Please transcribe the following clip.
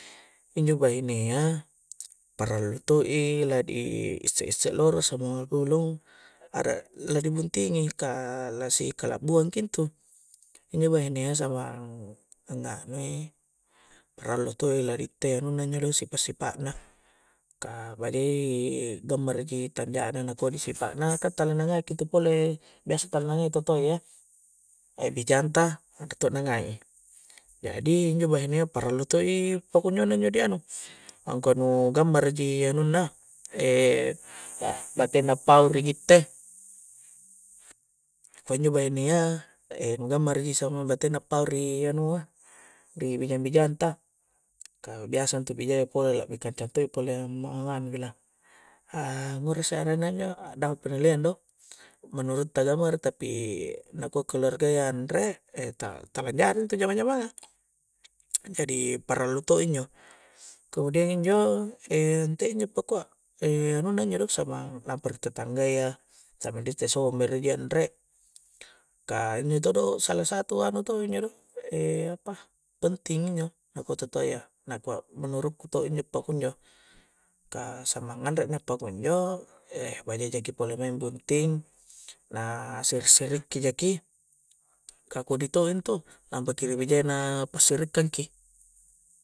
Injo bahinea parallu to'i la di isse-isse loro samang arak la di buntingi ka la si kalakbuang ki intu injo bahinea samang anganui parallu to' i, la di itte anunna injo do sipa'-sipa' na ka bagia i gammara ji tanja na na kodi sipa' na ka tala na ngai ki itu pole biasa tala na ngai tutoayya bijang ta anre to' na ngai i jadi injo bahinea parallu to i pakunjo na injo di anu angkua nu gammara ji anunna batena appau ri gitte ka injo bahinea nu gammara ji suang batena appau ri anua ri bijang-bijanta ka biasa intu bijayya pole, lakbi kancang to i pole ma angngaanu bela angura isse arenna injo addahu penilaian do menurutta gammara tapi nakua keluargayya anre ta-tala anjari intu jama-jamanga jadi parallu to' injo kemudian injo nte injo pakua anuna injo do samang lampa ri tetanggayya samang di itte sombere ji anre ka inni todo' salah satu anu to injo do apa penting injo nakua totoayya nakua menurukku to injo pakunjo ka samang anre na pakunjo bajia jaki pole maing bunting na siri-siri ki jaki ka kodi to intu lampaki ri bijayya na passirikang ki